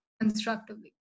constructively